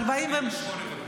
48 חתימות.